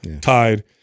tied